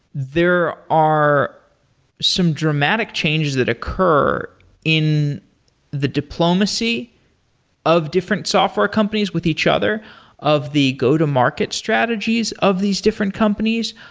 there are some dramatic changes that occur in the diplomacy of different software companies with each other of the go-to market strategies of these different companies,